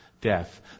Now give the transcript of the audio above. death